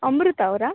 ಅಮೃತ ಅವರಾ